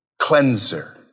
cleanser